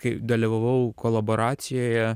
kai dalyvavau kolaboracijoje